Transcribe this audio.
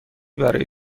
برای